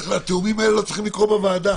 התיאומים האלה לא צריכים לקרות בוועדה.